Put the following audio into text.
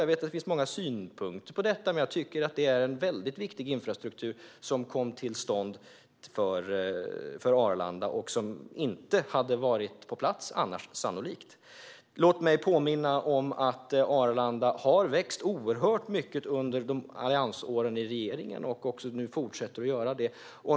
Jag vet att det finns många synpunkter på det, men jag tycker att detta är väldigt viktig infrastruktur som kom till stånd för Arlanda. Den hade annars sannolikt inte funnits på plats. Låt mig också påminna om att Arlanda har vuxit oerhört mycket under Alliansens år i regeringen, och att den fortsätter att göra det.